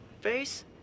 face